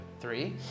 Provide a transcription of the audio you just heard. Three